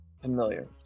Familiar